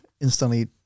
Instantly